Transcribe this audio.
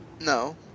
No